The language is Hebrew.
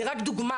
זה רק דוגמה,